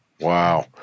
Wow